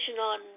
on